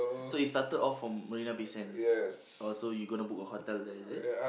so it started off from Marina-Bay-Sands oh so you gonna book a hotel there is it